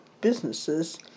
businesses